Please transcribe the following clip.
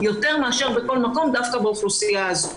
יותר מאשר בכל מקום דווקא באוכלוסייה הזאת.